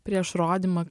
prieš rodymą